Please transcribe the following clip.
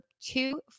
two